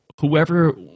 whoever